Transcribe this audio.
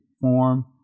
form